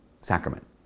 sacrament